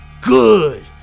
Good